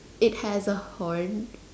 it has a horn